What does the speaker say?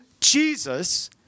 Jesus